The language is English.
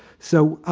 so,